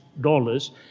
dollars